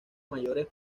mayores